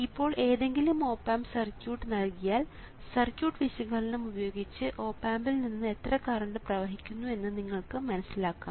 ഇപ്പോൾ ഏതെങ്കിലും op amp circuit നൽകിയാൽ സർക്യൂട്ട് വിശകലനം ഉപയോഗിച്ച് ഓപ് ആമ്പിൽ നിന്ന് എത്ര കറണ്ട് പ്രവഹിക്കുന്നു എന്ന് നിങ്ങൾക്ക് മനസ്സിലാക്കാം